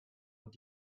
und